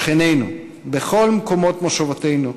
שכנינו, בכל מקומות מושבותינו,